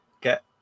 get